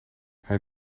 hij